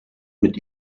mit